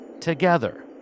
together